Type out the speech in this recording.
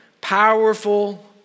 powerful